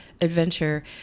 adventure